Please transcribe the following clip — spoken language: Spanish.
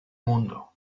mundo